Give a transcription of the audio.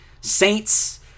Saints